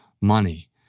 money